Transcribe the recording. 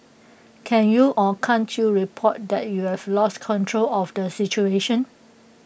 can you or can't you report that you've lost control of the situation